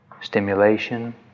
stimulation